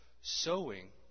sowing